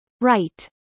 Right